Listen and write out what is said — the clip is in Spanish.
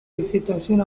vegetación